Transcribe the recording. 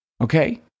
Okay